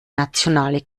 nationale